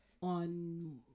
on